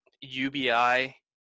UBI